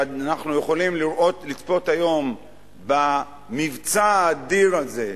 ואנחנו יכולים לצפות היום במבצע האדיר הזה,